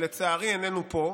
שלצערי איננו פה,